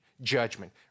judgment